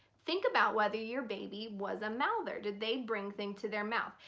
think about whether your baby was a mouther. did they bring things to their mouth?